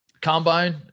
combine